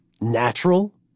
natural